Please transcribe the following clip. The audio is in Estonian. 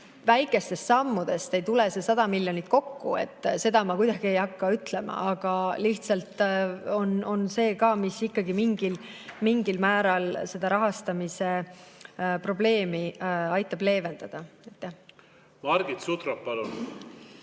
väikestest sammudest ei tule see 100 miljonit kokku, seda ma kuidagi ei hakka ütlema, aga lihtsalt see ka mingil määral seda rahastamise probleemi aitab leevendada. Margit Sutrop, palun!